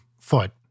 foot